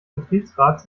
betriebsrats